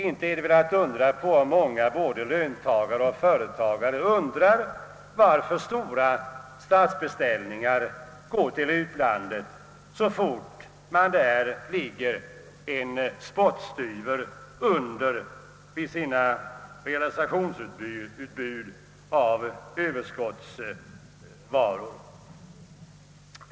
Inte är det väl att undra på om många både löntagare och företagare undrar varför stora statsbeställningar går till utlandet, så fort man där ligger en spottstyver under vid sina realisationsutbud av Ööverskottsvaror.